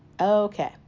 Okay